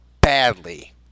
badly